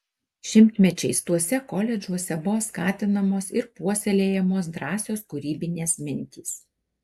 šimtmečiais tuose koledžuose buvo skatinamos ir puoselėjamos drąsios kūrybinės mintys